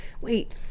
wait